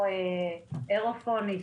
או אירופוני,